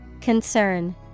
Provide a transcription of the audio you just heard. Concern